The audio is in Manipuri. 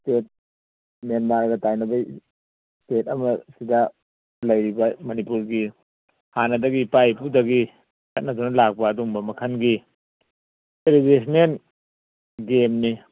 ꯁ꯭ꯇꯦꯠ ꯃꯦꯟꯃꯥꯔꯒ ꯇꯥꯏꯅꯕꯒꯤ ꯁ꯭ꯇꯦꯠ ꯑꯃ ꯁꯤꯗ ꯂꯩꯔꯤꯕ ꯃꯅꯤꯄꯨꯔꯒꯤ ꯍꯥꯟꯅꯗꯒꯤ ꯏꯄꯥ ꯏꯄꯨꯗꯒꯤ ꯆꯠꯅꯗꯨꯅ ꯂꯥꯛꯄ ꯑꯗꯨꯒꯨꯝꯕ ꯃꯈꯜꯒꯤ ꯇ꯭ꯔꯦꯗꯤꯁꯅꯦꯟ ꯒꯦꯝꯅꯤ